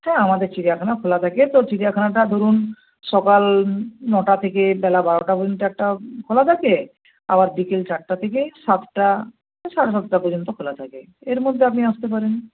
হ্যাঁ আমাদের চিড়িয়াখানা খোলা থাকে তো চিড়িয়াখানাটা ধরুন সকাল নটা থেকে বেলা বারোটা পর্যন্ত একটা খোলা থাকে আবার বিকেল চারটা থেকে সাতটা সাড়ে সাতটা পর্যন্ত খোলা থাকে এর মধ্যে আপনি আসতে পারেন